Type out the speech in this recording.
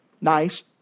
nice